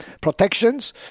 protections